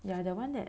ya the one that